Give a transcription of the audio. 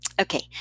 Okay